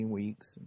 weeks